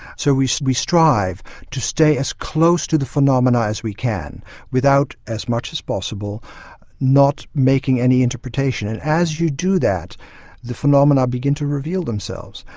so we we strive to stay as close to the phenomena as we can without as much as possible not making any interpretation. and as you do that the phenomena begin to reveal themselves,